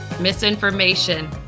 misinformation